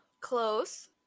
Close